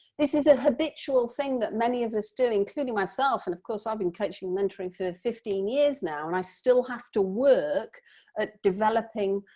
this is a habitual thing that many of us do including myself and, of course, i've been coaching mentoring for fifteen years now and i still have to work at developing